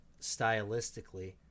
Stylistically